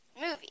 movie